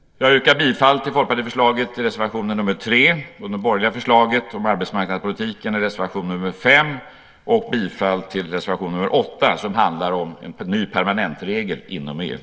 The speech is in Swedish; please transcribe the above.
Jag yrkar bifall till folkpartiförslaget i reservation nr 3, det borgerliga förslaget om arbetsmarknadspolitiken i reservation nr 5 och bifall till reservation nr 8, som handlar om en ny permanentregel inom EU.